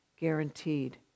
guaranteed